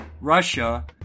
Russia